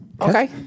Okay